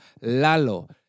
Lalo